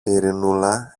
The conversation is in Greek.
ειρηνούλα